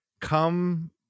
come